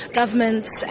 governments